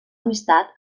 amistat